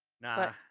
Nah